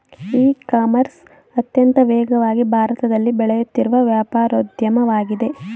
E commerce ಅತ್ಯಂತ ವೇಗವಾಗಿ ಭಾರತದಲ್ಲಿ ಬೆಳೆಯುತ್ತಿರುವ ವ್ಯಾಪಾರೋದ್ಯಮವಾಗಿದೆ